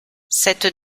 cette